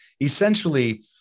Essentially